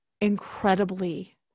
incredibly